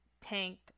tank